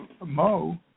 Mo